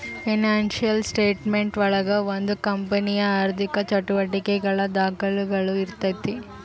financial statement ಒಳಗ ಒಂದು ಕಂಪನಿಯ ಆರ್ಥಿಕ ಚಟುವಟಿಕೆಗಳ ದಾಖುಲುಗಳು ಇರ್ತೈತಿ